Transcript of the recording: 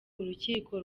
urukiko